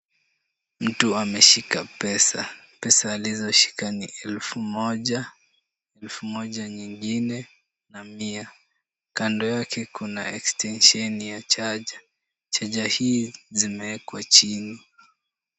Mtu ameshika pesa. Pesa alizoshika ni elfu moja, elfu moja nyingine na mia. Kando yake kuna ekstensheni ya charger . charger hii zimewekwa chini.